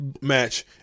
match